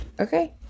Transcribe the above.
Okay